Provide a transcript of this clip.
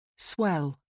Swell